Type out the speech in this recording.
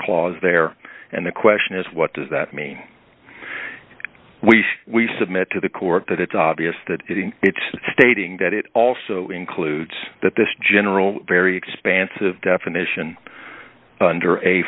clause there and the question is what does that mean we submit to the court that it's obvious that it's stating that it also includes that this general very expansive definition under a